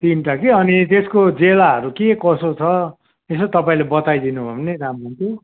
तिनटा कि अनि त्यसको ज्यालाहरू के कसो छ यसो तपाईँले बताइदिनु भयो भने राम्रो हुन्थ्यो